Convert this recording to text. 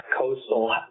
coastal